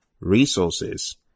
resources